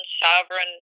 sovereign